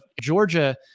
Georgia